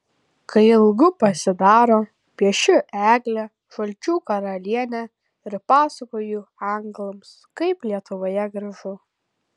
kai ilgu pasidaro piešiu eglę žalčių karalienę ir pasakoju anglams kaip lietuvoje gražu